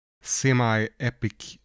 semi-epic